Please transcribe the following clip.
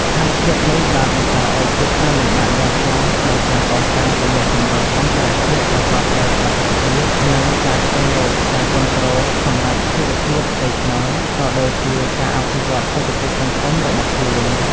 ស្ថានភាពនេះបានបង្កឱ្យជួបការលំបាកយ៉ាងខ្លាំងក្នុងការកសាងទំនាក់ទំនងអន្តរជាតិប្រកបដោយប្រសិទ្ធភាព និងការស្វែងរកការគាំទ្រសម្រាប់ស្ថិរភាពផ្ទៃក្នុង ក៏ដូចជាការអភិវឌ្ឍសេដ្ឋកិច្ចសង្គមរបស់ខ្លួន។